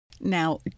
Now